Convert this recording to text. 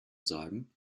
sagen